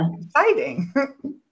exciting